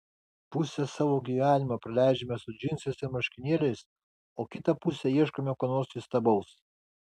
pusę savo gyvenimo praleidžiame su džinsais ir marškinėliais o kitą pusę ieškome ko nors įstabaus